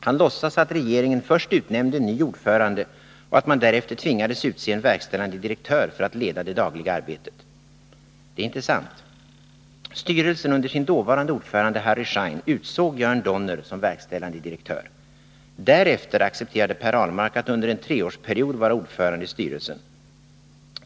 Han låtsas att regeringen först utnämnde en ny ordförande och att man därefter tvingades utse en verkställande direktör för att leda det dagliga arbetet. Detta är inte sant. Styrelsen, under sin dåvarande ordförande Harry Schein, utsåg Jörn Donner som verkställande direktör. Därefter accepterade Per Ahlmark att under en treårsperiod vara ordförande i styrelsen.